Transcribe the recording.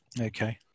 Okay